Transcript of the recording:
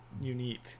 unique